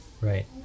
right